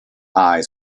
eyes